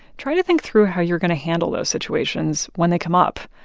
try to think through how you're going to handle those situations when they come up.